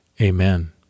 Amen